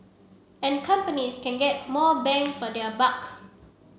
and companies can get more bang for their buck